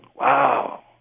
Wow